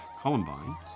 Columbine